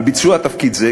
על ביצוע תפקיד זה,